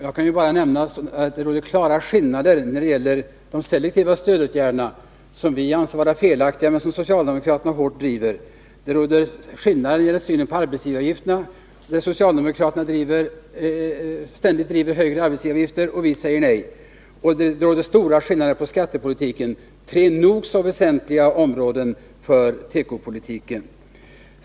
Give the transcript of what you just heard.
Jag kan bara nämna att det råder klara skillnader när det gäller de selektiva stödåtgärderna, som vi anser vara felaktiga men som socialdemokraterna driver hårt. Socialdemokraterna höjer ständigt arbetsgivaravgifterna, medan vi säger nej. Det råder också stora skillnader i fråga om skattepolitiken. Det är tre nog så väsentliga områden för tekopolitiken.